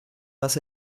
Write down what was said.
was